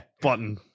button